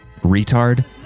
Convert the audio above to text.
retard